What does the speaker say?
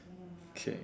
okay